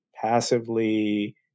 passively –